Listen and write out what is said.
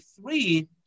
three